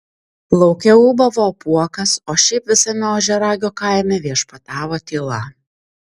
lauke ūbavo apuokas o šiaip visame ožiaragio kaime viešpatavo tyla